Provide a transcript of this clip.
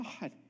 God